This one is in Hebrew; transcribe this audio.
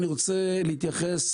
אני רוצה להתייחס,